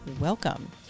welcome